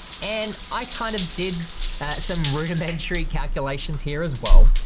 and i kind of did some rudimentary calculations here as well.